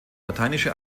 lateinische